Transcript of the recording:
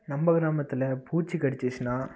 நம்ம கிராமத்தில் பூச்சி கடிச்சுச்சின்னா